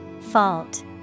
Fault